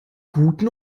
guten